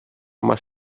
más